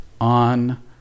on